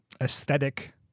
aesthetic